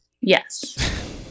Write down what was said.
Yes